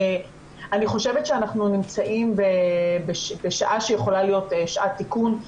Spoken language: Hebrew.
אני חושבת שאנחנו נמצאים בשעה שיכולה להיות שעת תיקון.